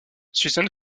susan